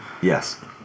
Yes